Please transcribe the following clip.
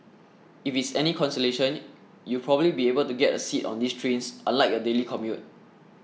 if it's any consolation you'll probably be able to get a seat on these trains unlike your daily commute